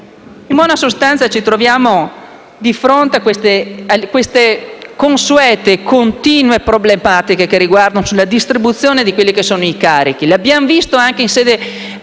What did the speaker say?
In buona sostanza, ci troviamo di fronte a queste consuete, continue problematiche che riguardano la distribuzione dei carichi. Lo abbiamo visto anche in sede